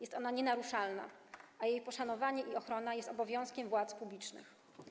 Jest ona nienaruszalna, a jej poszanowanie i ochrona jest obowiązkiem władz publicznych”